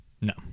No